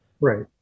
right